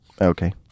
Okay